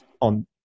on